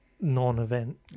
non-event